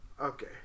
Okay